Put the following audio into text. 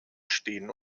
stehen